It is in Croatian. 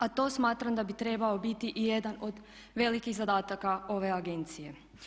A to smatram da bi trebao biti i jedan od velikih zadataka ove agencije.